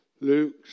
Luke